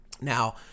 Now